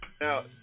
Now